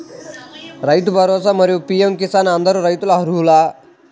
రైతు భరోసా, మరియు పీ.ఎం కిసాన్ కు అందరు రైతులు అర్హులా?